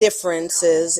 differences